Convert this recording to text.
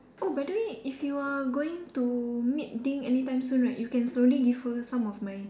oh by the way if you are going to meet Ding anytime soon right you can slowly give her some of my